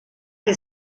que